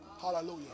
Hallelujah